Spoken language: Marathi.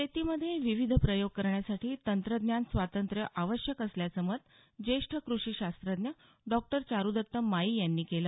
शेतीमध्ये विविध प्रयोग करण्यासाठी तंत्रज्ञान स्वातंत्र्य आवश्यक असल्याचं मत ज्येष्ठ कृषी शास्त्रज्ञ डॉक्टर चारूदत्त मायी यांनी केलं